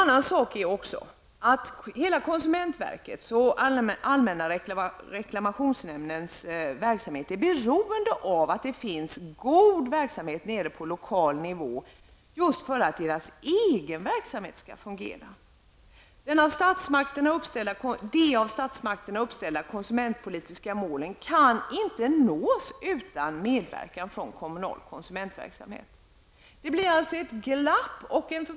Vidare är konsumentverkets och allmänna reklamationsnämndens arbete i sin helhet beroende av en god verksamhet på lokal nivå just för att den egna verksamheten skall fungera. De av statsmakterna uppsatta konsumentpolitiska målen kan inte uppnås utan medverkan från kommunal konsumentverksamhet. Det blir alltså ett glapp här.